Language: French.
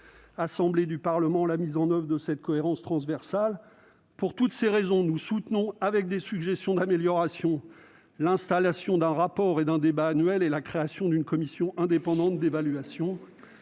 assemblée du Parlement la mise en oeuvre de cette cohérence transversale. Pour toutes ces raisons, nous soutenons, avec des suggestions d'amélioration, l'instauration d'un rapport et d'un débat annuel ainsi que la création d'une commission indépendante d'évaluation.